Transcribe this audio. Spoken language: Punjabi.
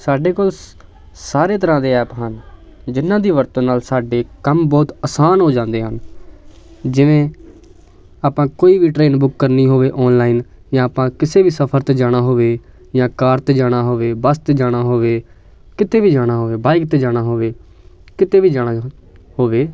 ਸਾਡੇ ਕੋਲ ਸ ਸਾਰੇ ਤਰ੍ਹਾਂ ਦੇ ਐਪ ਹਨ ਜਿਨ੍ਹਾਂ ਦੀ ਵਰਤੋਂ ਨਾਲ ਸਾਡੇ ਕੰਮ ਬਹੁਤ ਆਸਾਨ ਹੋ ਜਾਂਦੇ ਹਨ ਜਿਵੇਂ ਆਪਾਂ ਕੋਈ ਵੀ ਟ੍ਰੇਨ ਬੁੱਕ ਕਰਨੀ ਹੋਵੇ ਔਨਲਾਈਨ ਜਾਂ ਆਪਾਂ ਕਿਸੇ ਵੀ ਸਫਰ 'ਤੇ ਜਾਣਾ ਹੋਵੇ ਜਾਂ ਕਾਰ 'ਤੇ ਜਾਣਾ ਹੋਵੇ ਬਸ 'ਤੇ ਜਾਣਾ ਹੋਵੇ ਕਿਤੇ ਵੀ ਜਾਣਾ ਹੋਵੇ ਬਾਈਕ 'ਤੇ ਜਾਣਾ ਹੋਵੇ ਕਿਤੇ ਵੀ ਜਾਣਾ ਹੋਵੇ